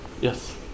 Yes